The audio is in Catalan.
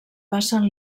passen